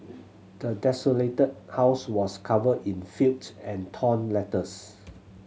the desolated house was covered in filth and torn letters